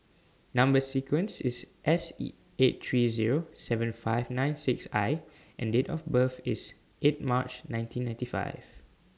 Number sequence IS S eight three Zero seven five nine six I and Date of birth IS eight March nineteen ninety five